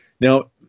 Now